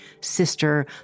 sister